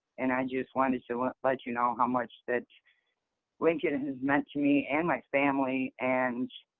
and i just wanted to let you know how much that lincoln has meant to me and my family and